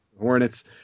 Hornets